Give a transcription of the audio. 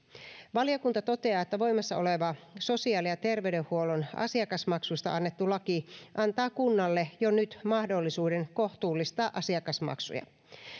valiokunta toteaa että voimassa oleva sosiaali ja terveydenhuollon asiakasmaksuista annettu laki antaa kunnalle jo nyt mahdollisuuden kohtuullistaa asiakasmaksuja